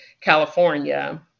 California